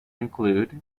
include